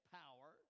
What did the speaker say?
power